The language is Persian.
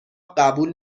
قبول